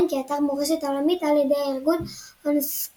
כאתר מורשת עולמית על ידי ארגון אונסק"ו,